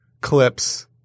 clips